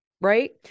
Right